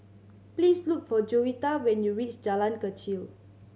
please look for Jovita when you reach Jalan Kechil